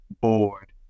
bored